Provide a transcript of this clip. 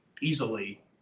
easily